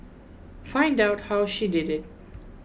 find out how she did it